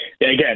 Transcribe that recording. Again